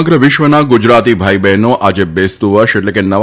સમગ્ર વિશ્વના ગુજરાતી ભાઈ બહેનો આજે બેસતું વર્ષ એટલે કે નવા